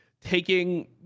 taking